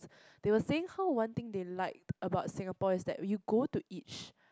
they were saying how one thing they liked about Singapore is that you go to each